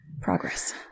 progress